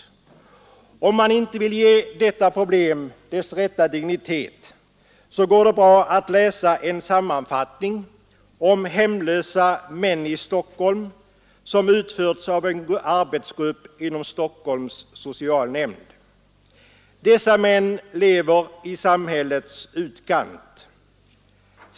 Den som inte vill tillerkänna detta problem dess rätta dignitet, vill jag rekommendera att läsa en sammanfattning av en undersökning om hemlösa män i Stockholm som utförts av en arbetsgrupp inom Stockholms socialnämnd. Dessa män lever i samhällets utkant.